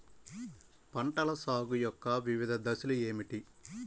పంటల సాగు యొక్క వివిధ దశలు ఏమిటి?